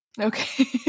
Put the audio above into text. Okay